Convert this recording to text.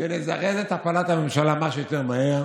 שנזרז את הפלת הממשלה מה שיותר מהר